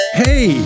hey